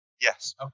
Yes